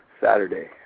Saturday